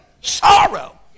sorrow